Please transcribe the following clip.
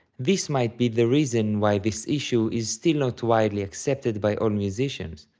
this might be the reason why this issue is still not widely accepted by all musicians.